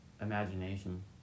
imagination